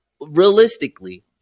realistically